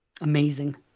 Amazing